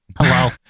Hello